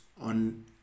on